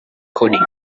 coding